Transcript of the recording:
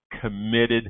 committed